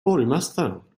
borgmästaren